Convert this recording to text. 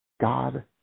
God